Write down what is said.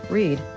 read